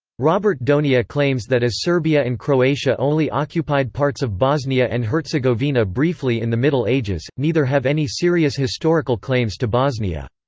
robert donia claims that as serbia and croatia only occupied parts of bosnia and herzegovina briefly in the middle ages, neither have any serious historical claims to bosnia.